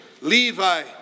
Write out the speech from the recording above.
Levi